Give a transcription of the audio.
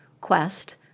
quest